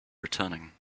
returning